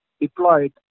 deployed